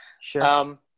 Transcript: Sure